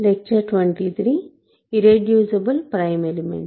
మునుపటి ఉపన్యాసాన్ని కొనసాగిద్దాం